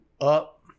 up